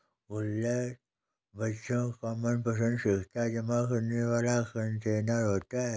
गुल्लक बच्चों का मनपंसद सिक्का जमा करने वाला कंटेनर होता है